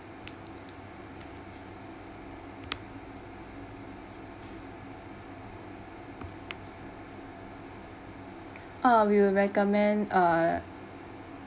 uh we will recommend uh